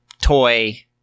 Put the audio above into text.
toy